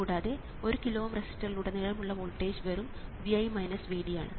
കൂടാതെ 1 കിലോ Ω റെസിസ്റ്ററിലുടനീളം ഉള്ള വോൾട്ടേജ് വെറും Vi Vd ആണ്